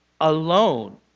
alone